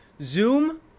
Zoom